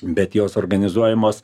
bet jos organizuojamos